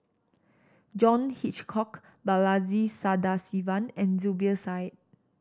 John Hitchcock Balaji Sadasivan and Zubir Said